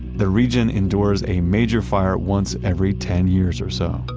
the region endures a major fire once every ten years or so